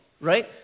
right